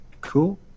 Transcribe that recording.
Cool